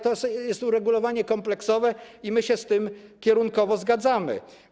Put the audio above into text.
To jest uregulowanie kompleksowe i my się z tym kierunkowo zgadzamy.